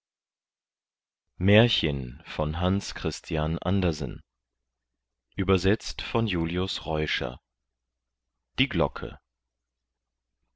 ist die glocke